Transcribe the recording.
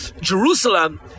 Jerusalem